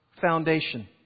foundation